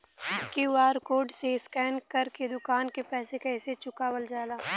QR code से scan कर के दुकान के पैसा कैसे चुकावल जाला?